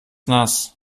nass